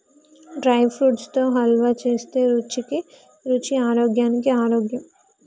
dry fruits తో హల్వా చేస్తే రుచికి రుచి ఆరోగ్యానికి ఆరోగ్యం